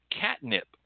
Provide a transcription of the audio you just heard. catnip